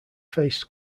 faced